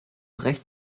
recht